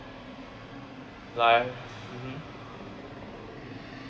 like (uh huh)